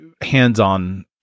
hands-on